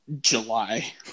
July